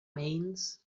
means